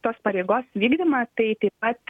tos pareigos vykdymą tai taip pat